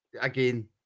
Again